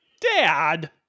Dad